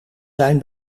zijn